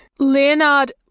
Leonard